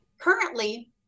currently